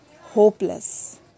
hopeless